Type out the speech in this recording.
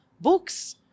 books